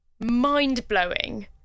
mind-blowing